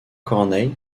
corneille